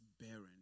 barren